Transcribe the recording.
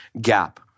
gap